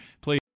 Please